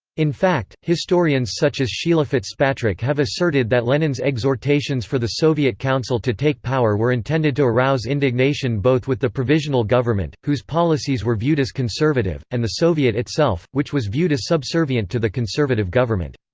in fact, historians such as sheila fitzpatrick have asserted that lenin's exhortations for the soviet council to take power were intended to arouse indignation both with the provisional government, whose policies were viewed as conservative, and the soviet itself, which was viewed as subservient to the conservative government.